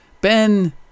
Ben